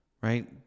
right